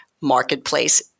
marketplace